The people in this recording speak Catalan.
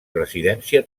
residència